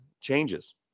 changes